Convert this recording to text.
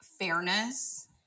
fairness